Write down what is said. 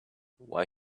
why